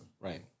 Right